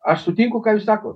aš sutinku ką jūs sakot